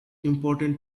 important